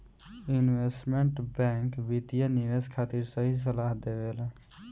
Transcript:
investment bank वित्तीय निवेश खातिर सही सलाह देबेला